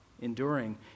enduring